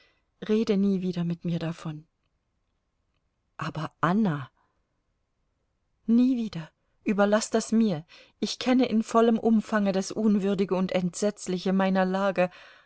rede nie wieder mit mir davon aber anna nie wieder überlaß das mir ich kenne in vollem umfange das unwürdige und entsetzliche meiner lage